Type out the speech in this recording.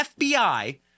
FBI